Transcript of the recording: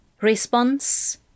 Response